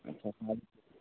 अच्छा तो मतलब